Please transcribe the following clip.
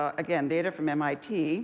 ah again, data from mit